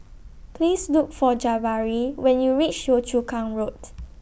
Please Look For Jabari when YOU REACH Yio Chu Kang Road